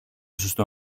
σωστό